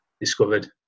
discovered